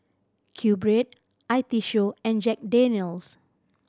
QBread I T Show and Jack Daniel's